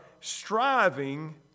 striving